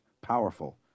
powerful